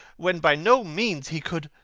when by no means he could